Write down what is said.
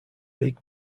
big